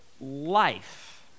life